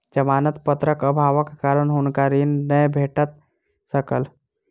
जमानत पत्रक अभावक कारण हुनका ऋण नै भेट सकल